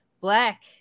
black